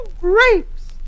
grapes